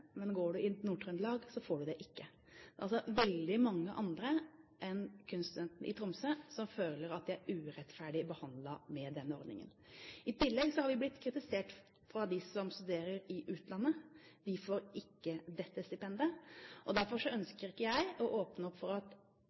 Går du i Nord-Trøndelag, får du det ikke. Det er veldig mange andre enn kunststudentene i Tromsø som føler seg urettferdig behandlet med denne ordningen. Vi har i tillegg blitt kritisert av dem som studerer i utlandet. De får ikke dette stipendet. Derfor ønsker ikke jeg å åpne opp for at